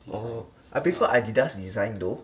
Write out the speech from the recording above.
oh I prefer Adidas design though